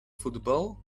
football